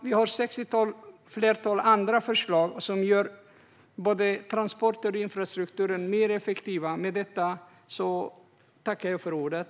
Vi har ett sextiotal andra förslag som gör både transporter och infrastrukturen mer effektiva. Med detta tackar jag för ordet.